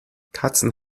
katzen